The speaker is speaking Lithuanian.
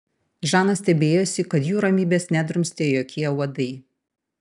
žana stebėjosi kad jų ramybės nedrumstė jokie uodai